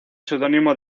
seudónimo